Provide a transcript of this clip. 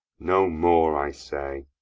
no more, i say!